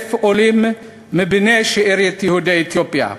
עולים מבני שארית יהודי אתיופיה.